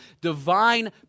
divine